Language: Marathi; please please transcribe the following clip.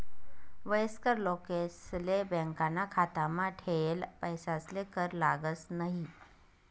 वयस्कर लोकेसले बॅकाना खातामा ठेयेल पैसासले कर लागस न्हयी